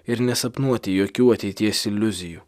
ir nesapnuoti jokių ateities iliuzijų